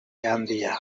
handia